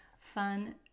fun